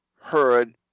heard